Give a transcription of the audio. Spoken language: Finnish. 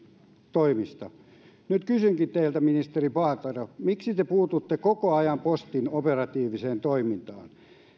toimista nyt kysynkin teiltä ministeri paatero miksi te puututte koko ajan postin operatiiviseen toimintaan